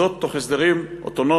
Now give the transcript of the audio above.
זאת תוך הסדרים אוטונומיים,